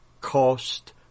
cost